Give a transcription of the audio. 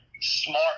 smart